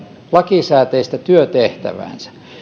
lakisääteistä työtehtävää